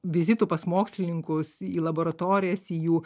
vizitų pas mokslininkus į laboratorijas jų